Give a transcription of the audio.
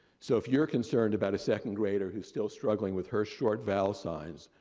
so if you're concerned about a second grader who's still struggling with her short vowel signs,